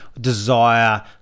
desire